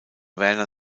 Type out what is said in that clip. werner